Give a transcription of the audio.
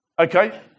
Okay